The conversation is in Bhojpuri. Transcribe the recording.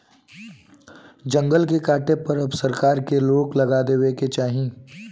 जंगल के काटे पर अब सरकार के रोक लगा देवे के चाही